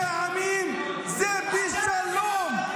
תפנימו שהאינטרס האמיתי בין שני העמים זה בשלום.